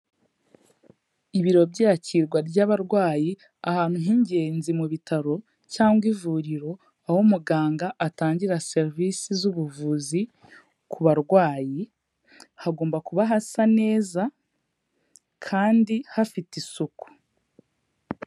Ibiro by'iy'akirwa ry'abarwayi ahantu h'ingenzi mu bitaro cyangwa ivuriro, aho umuganga atangira serivisi z'ubuvuzi ku barwayi, hagomba kuba hasa neza kandi hafite isuku.